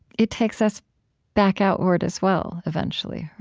it takes us back outward, as well, eventually,